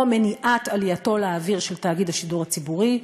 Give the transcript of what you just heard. מניעת עלייתו לאוויר של תאגיד השידור הציבורי,